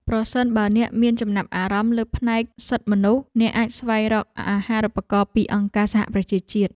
ប្រសិនបើអ្នកមានចំណាប់អារម្មណ៍លើផ្នែកសិទ្ធិមនុស្ស អ្នកអាចស្វែងរកអាហារូបករណ៍ពីអង្គការសហប្រជាជាតិ។